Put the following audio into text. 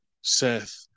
Seth